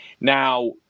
Now